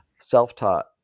self-taught